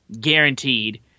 guaranteed